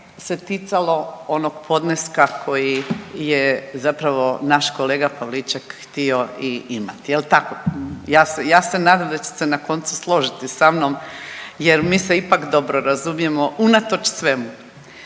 se ticalo onog podneska koji je zapravo naš kolega Pavliček htio i imat, jel tako, ja se, ja se nadam da će se na koncu složiti sa mnom jer mi se ipak dobro razumijemo unatoč svemu.